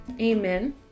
amen